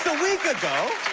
ah week ago,